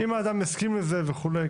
אם אדם הסכים לזה.